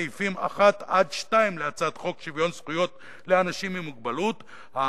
מסעיפים 1 2 להצעת חוק שוויון זכויות לאנשים עם מוגבלות האמורה,